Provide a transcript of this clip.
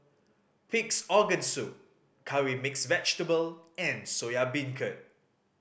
Pig's Organ Soup Curry Mixed Vegetable and Soya Beancurd